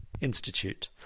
Institute